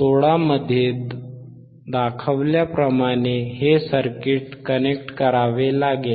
16 मध्ये दाखवल्याप्रमाणे हे सर्किट कनेक्ट करावे लागेल